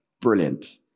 Brilliant